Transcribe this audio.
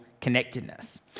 connectedness